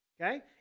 okay